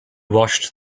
washed